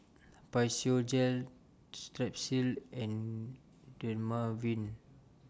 Physiogel Strepsils and Dermaveen